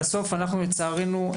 לצערנו,